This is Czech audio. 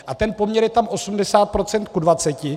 A ten poměr je tam 80 % ku 20.